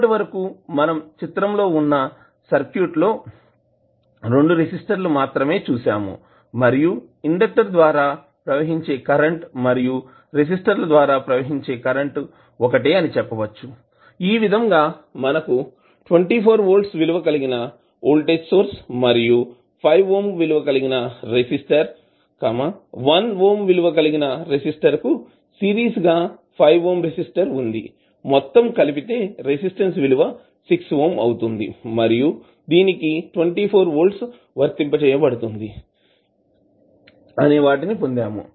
ఇప్పటి వరకు మనం చిత్రం లో వున్నా సర్క్యూట్ లో 2 రెసిస్టర్ లు మాత్రమే చూసాము మరియు ఇండెక్టర్ ద్వారా ప్రవహించే కరెంటు మరియు రెసిస్టర్ ల ద్వారా ప్రవహించే కరెంటు ఒకటే అని చెప్పవచ్చు ఈ విధంగా మనకు 24 వోల్ట్స్ విలువ కలిగిన వోల్టేజ్ సోర్స్ మరియు 5 ఓం విలువ కలిగిన రెసిస్టర్ 1 ఓం విలువ కలిగిన రెసిస్టర్ కు సిరీస్ గా 5 ఓం రెసిస్టర్ వుంది మొత్తం కలిపితే రెసిస్టన్స్ విలువ 6 ఓం అవుతుంది మరియు దీనికి 24 వోల్ట్స్ వర్తింపజేయబడుతుంది అనే వాటిని పొందాము